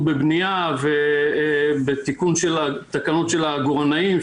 בבנייה ובתיקון של התקנות של העגורנאים,